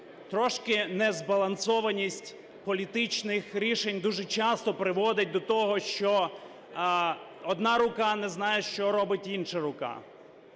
трошки незбалансованість політичних рішень дуже часто приводить до того, що одна рука не знає, що робить інша рука.